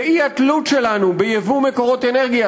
לאי-תלות שלנו בייבוא מקורות אנרגיה.